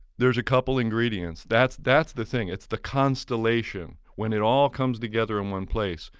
there's a couple ingredients. that's that's the thing, it's the constellation, when it all comes together in one place.